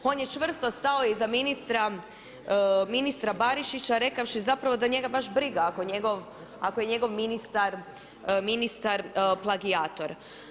On je čvrsto stao i za ministra Barišića rekavši zapravo da njega baš briga ako je njegov ministar plagijator.